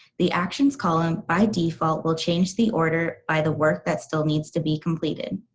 the actions column by default will change the order by the work that still needs to be completed.